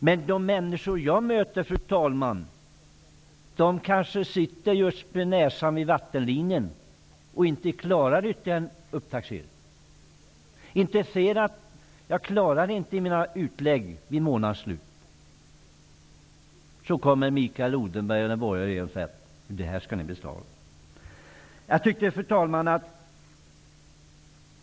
Men de människor som jag möter har näsan just ovanför vattenlinjen och klarar inte en ytterligare upptaxering. De klarar kanske inte sina utlägg vid månadens slut. Då kommer Mikael Odenberg och kräver att de skall betala. Fru talman!